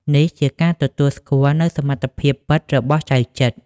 នេះជាការទទួលស្គាល់នូវសមត្ថភាពពិតរបស់ចៅចិត្រ។